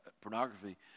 pornography